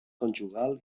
conjugal